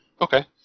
Okay